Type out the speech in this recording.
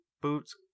boots